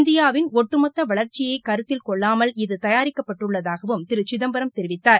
இந்தியாவின் ஒட்டுமொத்த வளர்ச்சியை கருத்தில் கொள்ளாமல் இது தயாரிக்கப்பட்டுள்ளதாகவும் திரு சிதம்பரம் தெரிவித்தார்